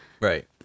Right